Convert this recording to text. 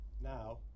Now